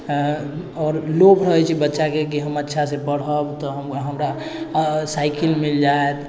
आओर लोभ रहै छै बच्चाके कि हम अच्छासँ पढ़ब तऽ हम हमरा साइकिल मिल जाएत